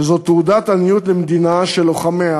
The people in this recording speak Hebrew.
שזאת תעודת עניות למדינה שלוחמיה,